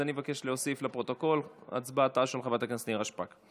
אז אני מבקש להוסיף לפרוטוקול את הצבעתה של חברת הכנסת נירה שפק.